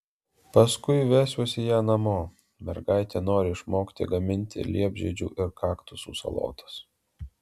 paskui vesiuosi ją namo mergaitė nori išmokti gaminti liepžiedžių ir kaktusų salotas